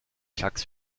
klacks